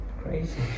crazy